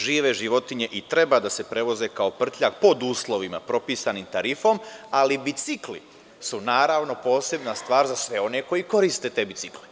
Žive životinje i treba da se prevoze kao prtljag pod uslovima propisanim tarifom, ali bicikli su posebna stvar za sve one koji koriste te bicikle.